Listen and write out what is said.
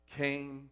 came